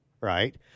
right